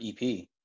EP